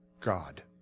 God